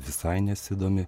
visai nesidomi